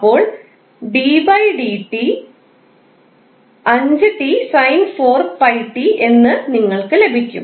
അപ്പോൾ 𝑑𝑑𝑡 5𝑡 sin 4𝜋𝑡 എന്ന് നിങ്ങൾക്ക് ലഭിക്കും